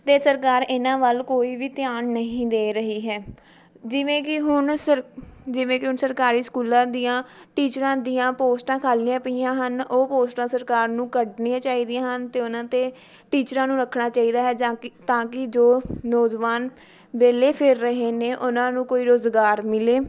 ਅਤੇ ਸਰਕਾਰ ਇਹਨਾਂ ਵੱਲ ਕੋਈ ਵੀ ਧਿਆਨ ਨਹੀਂ ਦੇ ਰਹੀ ਹੈ ਜਿਵੇਂ ਕਿ ਹੁਣ ਸਰ ਜਿਵੇਂ ਕਿ ਹੁਣ ਸਰਕਾਰੀ ਸਕੂਲਾਂ ਦੀਆਂ ਟੀਚਰਾਂ ਦੀਆਂ ਪੋਸਟਾਂ ਖਾਲੀਆਂ ਪਈਆਂ ਹਨ ਉਹ ਪੋਸਟਾਂ ਸਰਕਾਰ ਨੂੰ ਕੱਢਣੀਆਂ ਚਾਹੀਦੀਆਂ ਹਨ ਅਤੇ ਉਹਨਾਂ 'ਤੇ ਟੀਚਰਾਂ ਨੂੰ ਰੱਖਣਾ ਚਾਹੀਦਾ ਹੈ ਜਾਂ ਕਿ ਤਾਂ ਕਿ ਜੋ ਨੌਜਵਾਨ ਵਿਹਲੇ ਫਿਰ ਰਹੇ ਨੇ ਉਹਨਾਂ ਨੂੰ ਕੋਈ ਰੁਜ਼ਗਾਰ ਮਿਲੇ